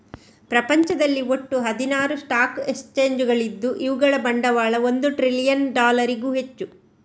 ಪ್ರಪಂಚದಲ್ಲಿ ಒಟ್ಟು ಹದಿನಾರು ಸ್ಟಾಕ್ ಎಕ್ಸ್ಚೇಂಜುಗಳಿದ್ದು ಇವುಗಳ ಬಂಡವಾಳ ಒಂದು ಟ್ರಿಲಿಯನ್ ಡಾಲರಿಗೂ ಹೆಚ್ಚು